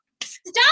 Stop